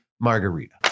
margarita